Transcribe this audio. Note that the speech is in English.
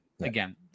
again